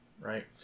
right